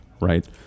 right